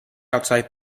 outside